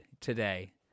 today